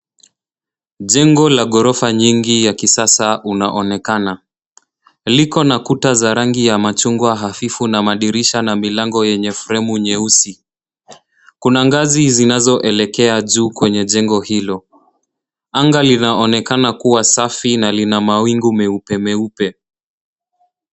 Jengo la ghorofa nyingi ya kisasa unaonekana, likona kuta za rangi ya machungwa hafifu na madirisha, na milango yenye fremu nyeusi. Kuna ngazi zinazoelekea juu kwenye jengo hilo. Anga linaonekana kuwa safi na lina mawingu meupe meupe.